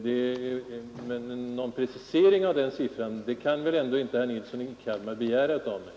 Någon närmare precisering av en siffra som godtagbar kan väl inte herr Nilsson i Kalmar gärna begära av mig.